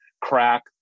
crack